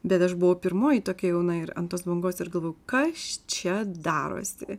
bet aš buvau pirmoji tokia jauna ir ant tos bangos ir galvojau ką čia darosi